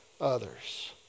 others